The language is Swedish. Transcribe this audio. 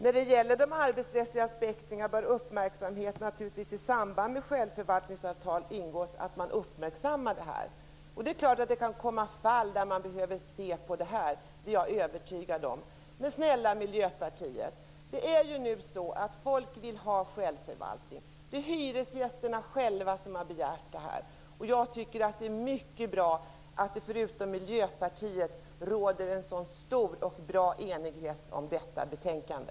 Fru talman! De arbetsrättsliga aspekterna bör naturligtvis uppmärksammas i samband med att självförvaltningsavtal ingås. Det är klart att det kan bli fall där man behöver se över detta - det är jag övertygad om. Men snälla Miljöpartiet, det är ju så att folk vill ha självförvaltning! Det är hyresgästerna själva som har begärt detta. Jag tycker att det är mycket bra att det - Miljöpartiet undantaget - råder en så stor enighet om detta betänkande.